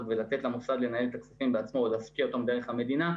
ולתת למוסד לנהל את הכספים בעצמו או להשקיע אותם דרך המדינה,